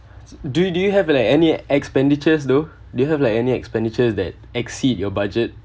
do do you have like any expenditures though do you have like any expenditures that exceed your budget